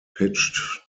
pitched